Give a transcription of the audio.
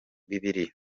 bibiri